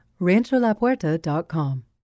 Rancholapuerta.com